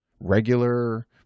Regular